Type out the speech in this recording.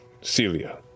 Celia